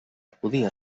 podia